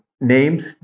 names